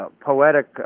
poetic